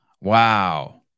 Wow